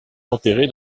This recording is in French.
enterré